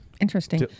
interesting